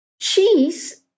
Cheese